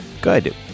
Good